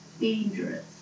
dangerous